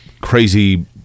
crazy